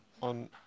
On